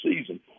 season